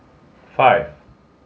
five